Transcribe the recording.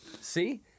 see